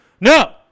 No